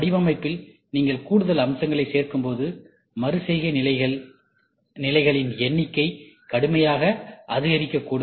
வடிவமைப்பில் நீங்கள் கூடுதல் அம்சங்களைச் சேர்க்கும்போது மறுசெய்கை நிலைகளின் எண்ணிக்கை கடுமையாக அதிகரிக்கக்கூடும்